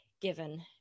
Given